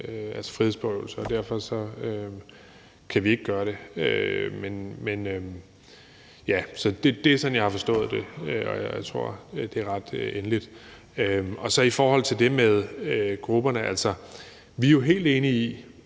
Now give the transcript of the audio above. med frihedsberøvelse, og derfor kan vi ikke gøre det. Det er sådan, jeg har forstået det, og jeg tror, det er ret endeligt. I forhold til det med grupperne vil jeg sige, at vi jo er helt enige i,